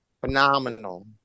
Phenomenal